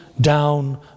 down